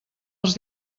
els